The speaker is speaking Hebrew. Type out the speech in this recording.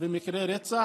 וכל השאר,